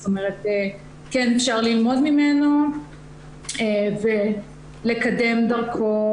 אפשר ללמוד ממנו ולקדם דרכו